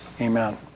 amen